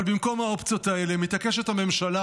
אבל במקום האופציות האלה מתעקשים הממשלה